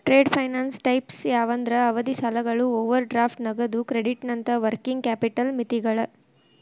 trade finance types ಯಾವಂದ್ರ ಅವಧಿ ಸಾಲಗಳು ಓವರ್ ಡ್ರಾಫ್ಟ್ ನಗದು ಕ್ರೆಡಿಟ್ನಂತ ವರ್ಕಿಂಗ್ ಕ್ಯಾಪಿಟಲ್ ಮಿತಿಗಳ